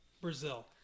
Brazil